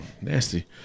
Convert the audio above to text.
Nasty